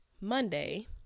Monday